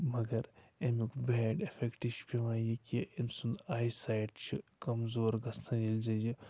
مگر اَمیُک bad effect چھِ پٮ۪وان یہِ کہِ اَمہِ سُنٛد آی سایِٹ چھِ کَمزور گژھان ییٚلہِ زَن یہِ